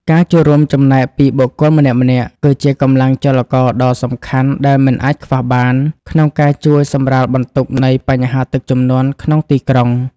ការចូលរួមចំណែកពីបុគ្គលម្នាក់ៗ គឺជាកម្លាំងចលករដ៏សំខាន់ដែលមិនអាចខ្វះបាន ក្នុងការជួយសម្រាលបន្ទុកនៃបញ្ហាទឹកជំនន់ក្នុងទីក្រុង។